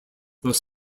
though